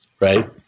right